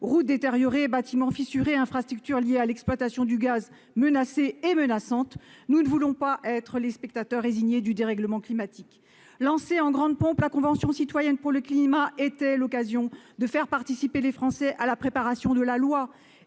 routes détériorées, bâtiments fissurés, infrastructures liées à l'exploitation du gaz menacées et menaçantes. Nous ne voulons pas être les spectateurs résignés du dérèglement climatique. Lancée en grande pompe, la Convention citoyenne pour le climat était l'occasion de faire participer les Français à la préparation de la loi,